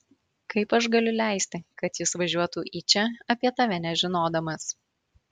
kaip aš galiu leisti kad jis važiuotų į čia apie tave nežinodamas